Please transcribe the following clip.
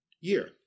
year